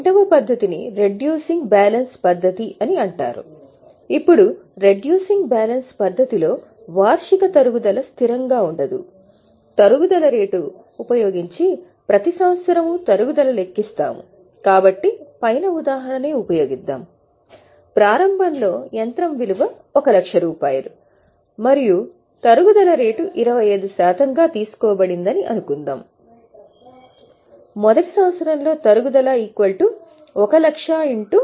రెండవ పద్ధతిని reducing balance పద్ధతి గా తీసుకుంటాము